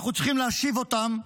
אנחנו צריכים להשיב אותם,